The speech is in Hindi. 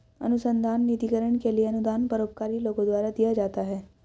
अनुसंधान निधिकरण के लिए अनुदान परोपकारी लोगों द्वारा दिया जाता है